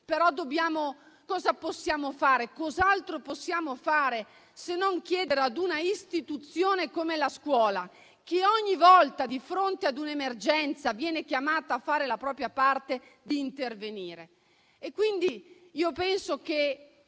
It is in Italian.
questo punto. Che cos'altro possiamo fare se non chiedere ad una istituzione come la scuola, che ogni volta, di fronte ad un'emergenza, viene chiamata a fare la propria parte, di intervenire?